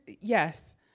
yes